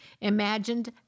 Imagined